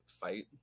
fight